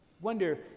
wonder